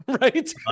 Right